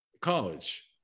college